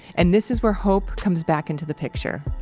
and this is where hope comes back into the picture.